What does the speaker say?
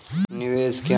निवेश क्या है?